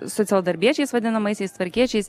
socialdarbiečiais vadinamaisiais tvarkiečiais